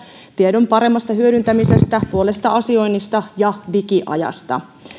tiedon paremmasta hyödyntämisestä puolesta asioinnista ja digiajasta